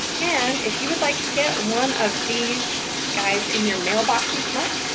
and if you would like to get one of these guides in your mailbox each month,